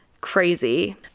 Crazy